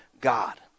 God